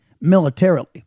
militarily